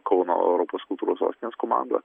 kauno europos kultūros sostinės komanda